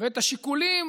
ואת השיקולים